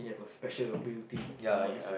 got special ability and what is it